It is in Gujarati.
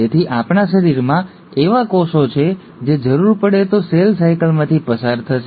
તેથી આપણા શરીરમાં એવા કોષો છે જે જરૂર પડે તો સેલ સાયકલમાંથી પસાર થશે